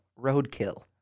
roadkill